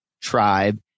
tribe